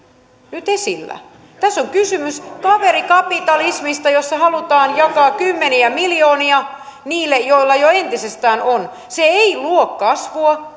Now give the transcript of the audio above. nyt esillä tässä on kysymys kaverikapitalismista jossa halutaan jakaa kymmeniä miljoonia niille joilla jo entisestään on se ei luo kasvua